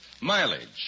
mileage